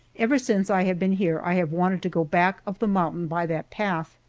ever since i have been here i have wanted to go back of the mountain by that path.